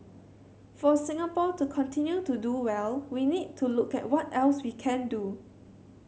for Singapore to continue to do well we need to look at what else we can do